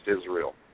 Israel